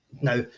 Now